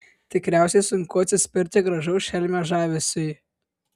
tikriausiai sunku atsispirti gražaus šelmio žavesiui